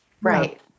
Right